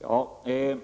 Herr talman!